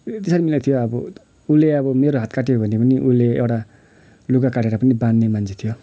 यति साह्रो मिल्ने थियो अब उसले अब मेरो हात काट्यो भने पनि उसले एउटा लुगा काटेर पनि बाँध्ने मान्छे थियो